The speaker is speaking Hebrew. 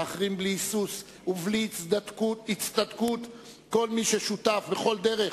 להחרים בלי היסוס ובלי הצטדקות כל מי ששותף בכל דרך